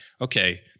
okay –